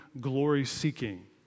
glory-seeking